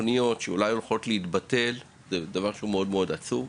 תוכניות שעלולות להתבטל זה דבר שהוא מאוד מאוד עצוב.